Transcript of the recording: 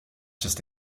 just